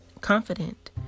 confident